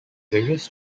various